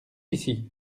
ici